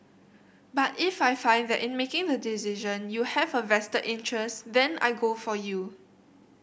but if I find that in making the decision you have a vested interest then I go for you